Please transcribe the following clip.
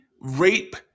Rape